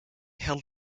held